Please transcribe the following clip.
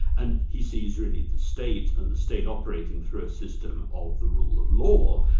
and he sees really the state, and the state operating through a system of the rule of law,